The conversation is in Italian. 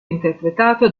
interpretato